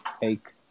take